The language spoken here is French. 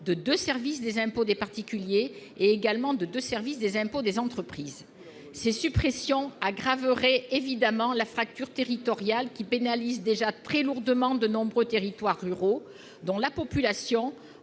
de deux services des impôts des particuliers et de deux services des impôts des entreprises. Ces suppressions aggraveraient évidemment la fracture territoriale qui pénalise déjà très lourdement de nombreux territoires ruraux, dont la population,